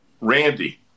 randy